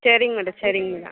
சரிங்க மேடம் சரிங்க மேடம்